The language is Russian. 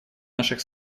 наших